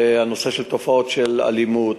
הנושא של תופעות של אלימות,